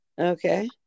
Okay